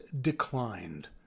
declined